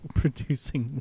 producing